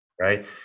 Right